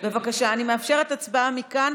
בבקשה, אני מאפשרת הצבעה מכאן.